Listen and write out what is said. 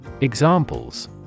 Examples